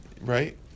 right